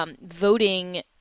voting